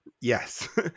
Yes